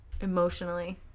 Emotionally